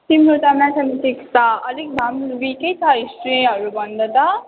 तिम्रो त म्याथमेटिक्स त अलिक भए पनि विकै छ हिस्ट्रीहरू भन्दा त